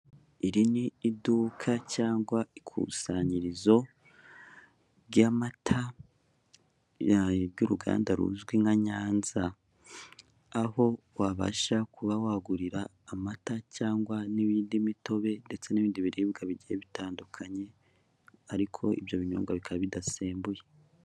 Iri ni iduka cyangwa ikusanyirizo ry'amata, ry'uruganda ruzwi nka Nyanza. Aho wabasha kuba wagurira amata cyangwa n'indi mitobe ndetse n'ibindi biribwa bigiye bitandukanye, ariko ibyo binyobwa bikaba bidasembuye.